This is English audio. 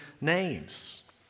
names